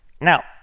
Now